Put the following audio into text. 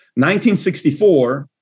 1964